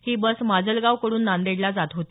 ही bus माजलगावकडून नादेडला जात होती